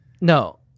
No